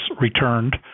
returned